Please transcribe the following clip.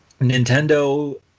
Nintendo